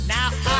Now